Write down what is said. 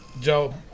Joe